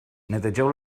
netegeu